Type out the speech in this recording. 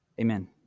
Amen